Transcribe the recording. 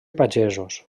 pagesos